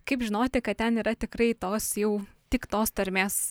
kaip žinoti kad ten yra tikrai tos jau tik tos tarmės